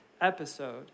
episode